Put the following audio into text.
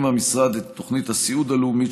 המשרד מקדם את תוכנית הסיעוד הלאומית,